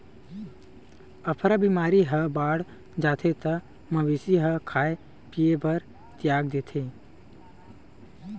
अफरा बेमारी ह बाड़ जाथे त मवेशी ह खाए पिए बर तियाग देथे